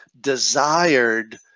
desired